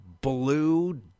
blue